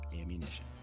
Ammunition